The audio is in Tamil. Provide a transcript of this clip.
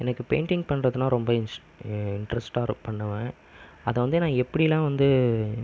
எனக்கு பெயிண்ட்டிங் பண்ணுறதுனா ரொம்ப இஸ் இன்ட்ரெஸ்ட்டா பண்ணுவேன் அதை வந்து நான் எப்படிலாம் வந்து